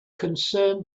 concerned